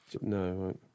No